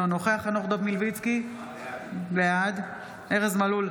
אינו נוכח חנוך דב מלביצקי, בעד ארז מלול,